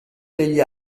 degli